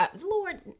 Lord